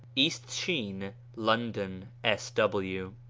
east sheen, london, s w.